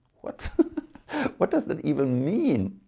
what what does that even mean?